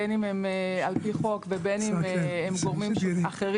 בין אם הם על פי חוק ובין אם הם גורמים אחרים,